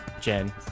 Jen